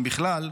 אם בכלל,